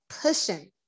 pushing